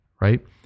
right